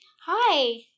Hi